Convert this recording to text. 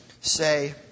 say